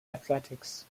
athletics